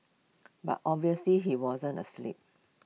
but obviously he wasn't asleep